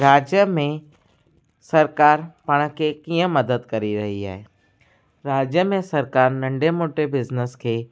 राज्य में सरकार पाण खे कीअं मदद करे रही आहे राज्य में सरकार नंढे मोटे बिज़नेस खे